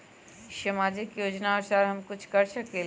सामाजिक योजनानुसार हम कुछ कर सकील?